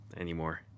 anymore